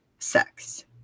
sex